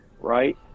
right